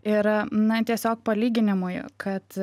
ir na tiesiog palyginimui kad